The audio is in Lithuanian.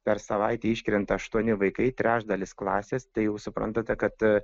per savaitę iškrenta aštuoni vaikai trečdalis klasės tai jau suprantate kad